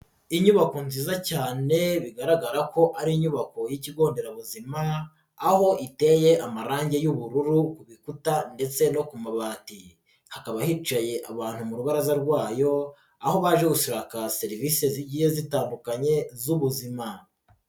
Inyubako nziza cyane bigaragara ko ari inyubako y'ikigo nderabuzima aho iteye amarangi y'ubururu ku bikuta ndetse no ku mabati hakaba hicaye abantu mu rubaraza rwayo aho bajya gushaka serivisi zigiye zitandukanye z'ubuzima.